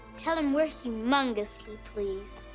tell him we're humongously pleased.